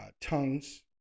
tongues